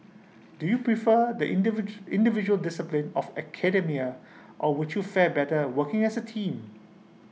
do you prefer the individual individual discipline of academia or would you fare better working as A team